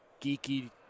geeky